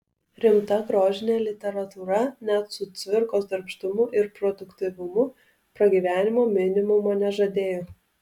rimta grožinė literatūra net su cvirkos darbštumu ir produktyvumu pragyvenimo minimumo nežadėjo